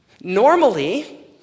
Normally